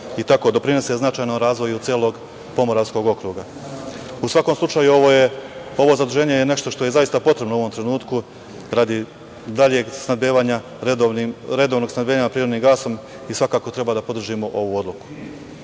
i tako doprinese značajno razvoju celog Moravskog okruga.U svakom slučaju ovo zaduženje je nešto što je zaista potrebno u ovom trenutku, radi daljeg snabdevanja i redovnog prirodnim gasom i svakako treba da podržimo ovu odluku. Kada